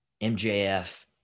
MJF